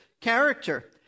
character